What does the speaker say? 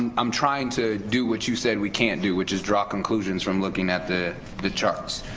and i'm trying to do what you said we can't do, which is draw conclusions from looking at the the charts,